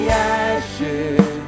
ashes